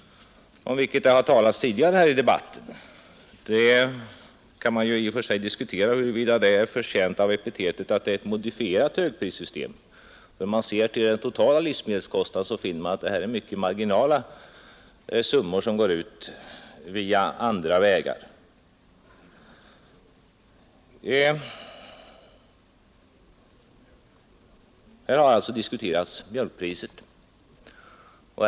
I debatten här har talats om modifieringar. I och för sig kan det diskuteras huruvida det verkligen är fråga om ett modifierat högprissystem. Ser man till de totala livsmedelskostnaderna finner man att det är marginella summor som går ut andra vägar. Här har också diskuterats mjölkpriset.